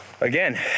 Again